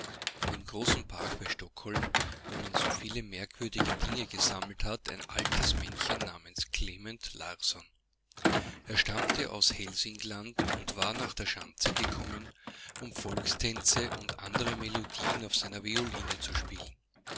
in dem großen park bei stockholm wo man so viele merkwürdige dinge gesammelt hat ein altes männchen namens klement larsson er stammte aus helsingland und war nach der schanze gekommen um volkstänze und andere alte melodien auf seinerviolinezuspielen alsspielmanntraterhauptsächlichdesnachmittags auf